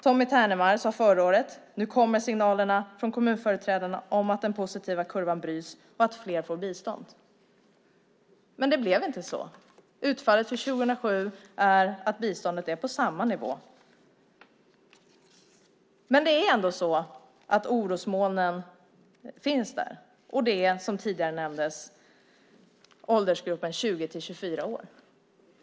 Tommy Ternemar sade förra året: Nu kommer signalerna från kommunföreträdarna om att den positiva kurvan bryts och att fler får bistånd. Men det blev inte så. Utfallet för 2007 är att biståndet är på samma nivå. Men orosmolnen finns ändå där, och det gäller, som tidigare nämndes, åldersgruppen 20-24 år.